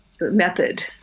method